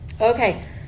Okay